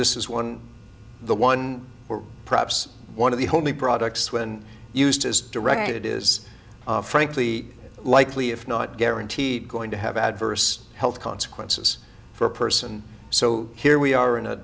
this is one the one or perhaps one of the only products when used as directed is frankly likely if not guaranteed going to have adverse health consequences for a person so here we are in a